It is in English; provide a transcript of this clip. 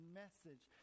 message